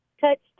Touched